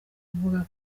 mvuga